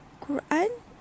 Quran